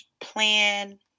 plan